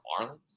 marlins